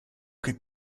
che